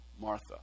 Martha